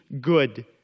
good